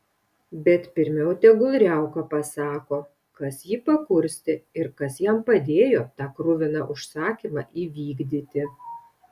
bet pirmiau tegul riauka pasako kas jį pakurstė ir kas jam padėjo tą kruviną užsakymą įvykdyti